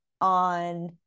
on